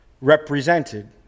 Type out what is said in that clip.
represented